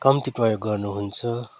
कम्ती प्रयोग गर्नुहुन्छ